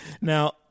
Now